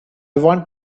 want